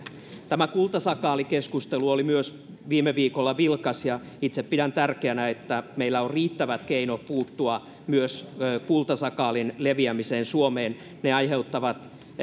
tämä kultasakaalikeskustelu myös oli viime viikolla vilkas ja itse pidän tärkeänä että meillä on riittävät keinot puuttua myös kultasakaalin leviämiseen suomeen ne aiheuttavat tänne